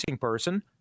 person